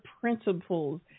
principles